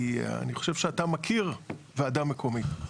כי אני חושב שאתה מכיר וועדה מקומית.